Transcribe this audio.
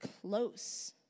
close